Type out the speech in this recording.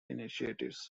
initiatives